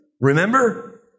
remember